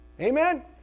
Amen